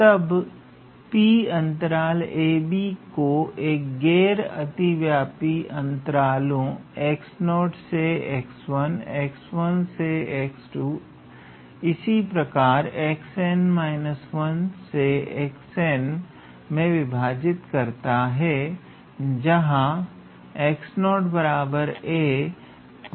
तब यह P अंतराल 𝑎b को गैर अतिव्यापी अंतरालों से से इसी प्रकार से में विभाजित करता है जहां 𝑎 व 𝑏 है